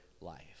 life